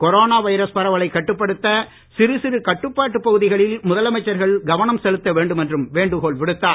coronavirus பரவலை கட்டுப்படுத்த சிறு சிறு கட்டுப்பாட்டு பகுதிகளில் முதலமைச்சர்கள் கவனம் செலுத்த வேண்டும் என்றும் வேண்டுகோள் விடுத்தார்